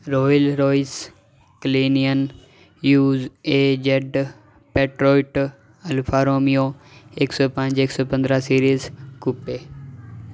royal Royce Cullinan UAZ Patriot Alfa Romeo ਇੱਕ ਸੌ ਪੰਜ ਇੱਕ ਸੌ ਪੰਦਰਾਂ ਸੀਰੀਜ ਕੁਪੇ